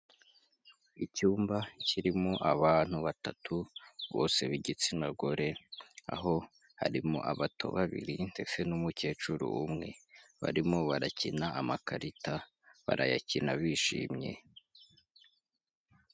Icyumba kirimo abantu batatu bose b'igitsina gore aho harimo abato babiri ndetse n'umukecuru umwe, barimo barakina amakarita, barayakina bishimye.